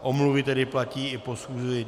Omluvy tedy platí i pro schůzi 21.